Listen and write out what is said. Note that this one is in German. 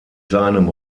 seinem